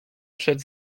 przed